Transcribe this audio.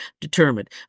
determined